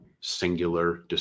singular